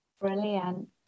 brilliant